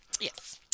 Yes